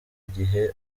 igihe